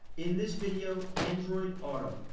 in this video android auto.